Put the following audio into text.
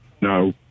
No